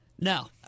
No